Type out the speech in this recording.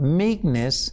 meekness